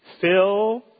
Fill